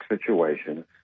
situation